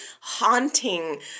haunting